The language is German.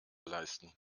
leisten